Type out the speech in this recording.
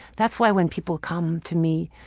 that's why when people come to me,